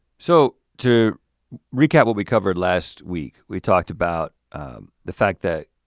so to recap what we covered last week, we talked about the fact that,